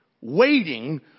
waiting